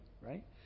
right